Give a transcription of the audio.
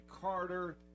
Carter